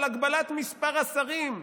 על הגבלת מספר השרים,